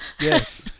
yes